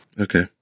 Okay